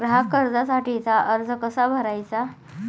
ग्राहक कर्जासाठीचा अर्ज कसा भरायचा?